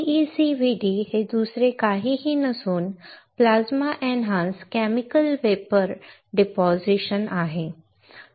PECVD हे दुसरे काहीही नसून plasma enhanced chemical vapour deposition आहे